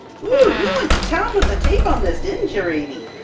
ohh, you went to town with the tape on this, didn't cha raevie?